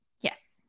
Yes